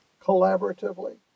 collaboratively